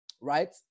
Right